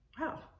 Wow